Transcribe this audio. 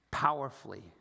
powerfully